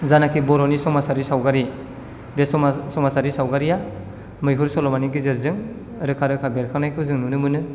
जायनाखि बर'नि समाजारि सावगारि बे समाजारि सावगारिया मैहुर सल'मानि गेजेरजों रोखा रोखा बेरखांनायखौ जों नुनो मोनो